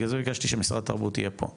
בגלל זה הרגשתי שמשרד התרבות צריכה להיות פה,